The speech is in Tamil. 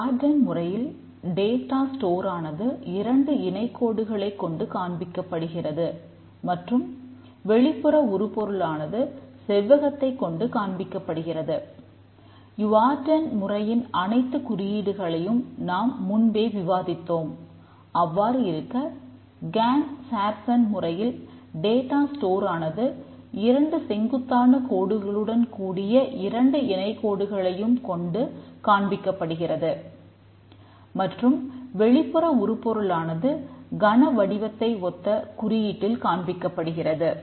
யுவர்டன் வடிவத்தை ஒத்த குறியீடடில் காண்பிக்கப்படுகிறது